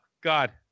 God